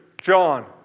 John